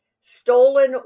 stolen